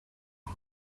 won